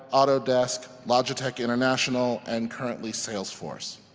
autodesk, logitech international and currently salesforce.